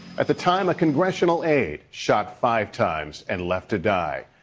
at the time a congressional aide shot five times and left to die.